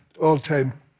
all-time